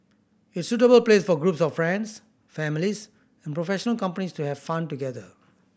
it's suitable place for groups of friends families and professional companies to have fun together